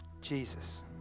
Jesus